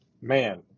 man